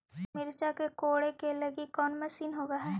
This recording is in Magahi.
मिरचा के कोड़ई के डालीय कोन मशीन होबहय?